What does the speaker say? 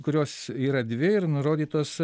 kurios yra dvi ir nurodytos